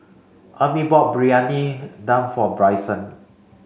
Emmie bought Briyani Dum for Bryson